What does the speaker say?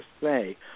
say